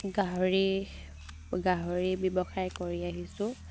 গাহৰি গাহৰি ব্যৱসায় কৰি আহিছোঁ